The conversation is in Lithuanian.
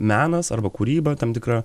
menas arba kūryba tam tikra